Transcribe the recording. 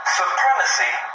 supremacy